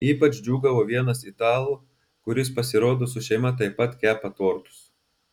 ypač džiūgavo vienas italų kuris pasirodo su šeima taip pat kepa tortus